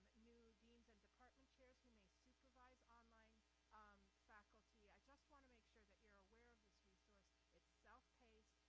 new deans and department chairs who may supervise online um faculty. i just wanna make sure that you're aware of this resource. it's self-paced,